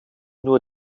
nur